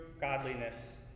godliness